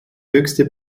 höchste